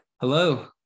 Hello